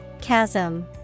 Chasm